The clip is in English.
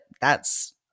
thats